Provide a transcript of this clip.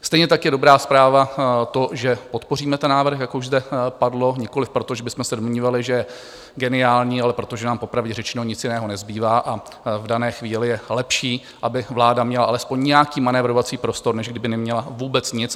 Stejně tak je dobrá zpráva to, že podpoříme ten návrh, jak už zde padlo, nikoliv proto, že bychom se domnívali, že je geniální, ale proto, že nám popravdě řečeno nic jiného nezbývá, a v dané chvíli je lepší, aby vláda měla alespoň nějaký manévrovací prostor, než kdyby neměla vůbec nic.